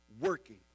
working